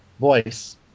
voice